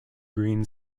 green